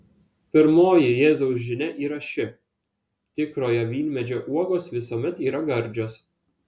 pirmoji jėzaus žinia yra ši tikrojo vynmedžio uogos visuomet yra gardžios